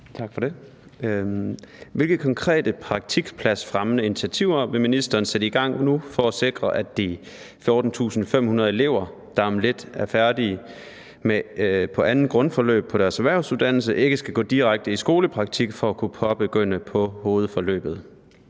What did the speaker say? Trane Nørby (V)): Hvilke konkrete praktikpladsfremmende initiativer vil ministeren sætte i gang nu for at sikre sig, at de 14.500 elever, der om lidt er færdige på andet grundforløb på deres erhvervsuddannelse, ikke skal gå direkte i skolepraktik for at kunne begynde på hovedforløbet?